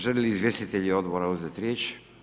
Želi li izvjestitelji odbora uzeti riječ?